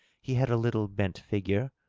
he had a little bent figure,